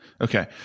Okay